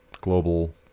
global